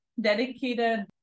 dedicated